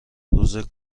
روز